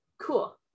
cool